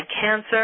cancer